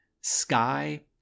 sky